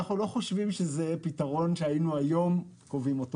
אנחנו לא חושבים שזה פתרון שהיינו קובעים היום.